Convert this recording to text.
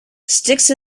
sticks